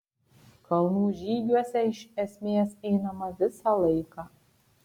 kalnų žygiuose iš esmės einama visą laiką